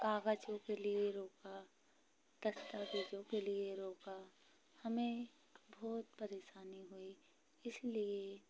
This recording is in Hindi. कागज़ों के लिए रोका दस्तावेज़ों के लिए रोका हमें बहुत परेशानी हुई इसलिए